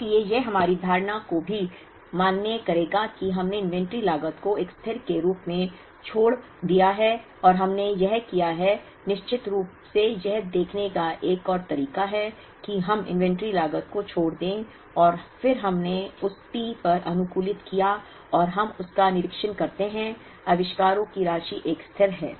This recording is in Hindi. इसलिए यह हमारी धारणा को भी मान्य करेगा कि हमने इन्वेंट्री लागत को एक स्थिर के रूप में छोड़ दिया है और हमने यह किया है निश्चित रूप से यह देखने का एक और तरीका है कि हम इन्वेंट्री लागत को छोड़ दें और फिर हमने उस T पर अनुकूलित किया और हम उसका निरीक्षण करते हैं आविष्कारों की राशि एक स्थिर है